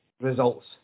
results